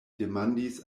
demandis